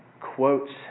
quotes